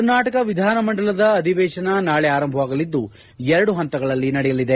ಕರ್ನಾಟಕ ವಿಧಾನಮಂಡಲದ ಅಧಿವೇಶನ ನಾಳೆ ಆರಂಭವಾಗಲಿದ್ದು ಎರಡು ಹಂತಗಳಲ್ಲಿ ನಡೆಯಲಿದೆ